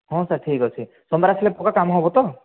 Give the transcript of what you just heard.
ହଁ ସାର୍ ଠିକ୍ ଅଛି ସୋମବାର ଆସିଲେ ପକ୍କା କାମ ହେବ ତ